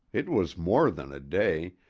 it was more than a day,